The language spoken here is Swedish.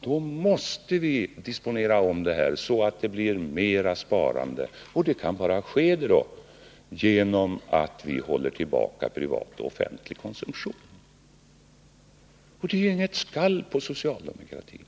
då måste vi disponera om ekonomin så att sparandet ökar. Det kan bara ske genom att vi håller tillbaka privat och offentlig konsumtion. Detta är inget skall på socialdemokratin.